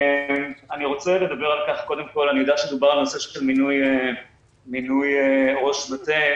אני יודע שדובר על נושא של מינוי ראש מטה,